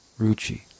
Ruchi